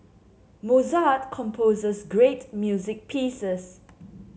Mozart composes great music pieces